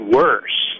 worse